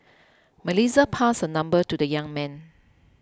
Melissa passed her number to the young man